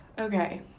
Okay